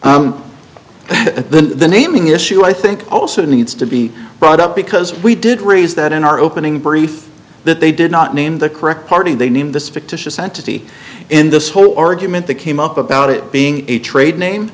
the naming issue i think also needs to be brought up because we did raise that in our opening brief that they did not name the correct party they named this fictitious entity in this whole argument that came up about it being a trade name